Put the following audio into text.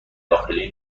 داخلی